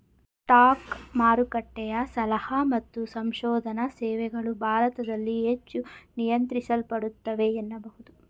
stock ಮಾರುಕಟ್ಟೆಯ ಸಲಹಾ ಮತ್ತು ಸಂಶೋಧನಾ ಸೇವೆಗಳು ಭಾರತದಲ್ಲಿ ಹೆಚ್ಚು ನಿಯಂತ್ರಿಸಲ್ಪಡುತ್ತವೆ ಎನ್ನಬಹುದು